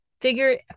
figure